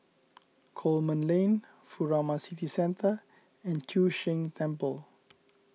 Coleman Lane Furama City Centre and Chu Sheng Temple